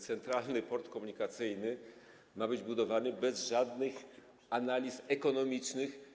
Centralny Port Komunikacyjny ma być budowany bez żadnych analiz ekonomicznych.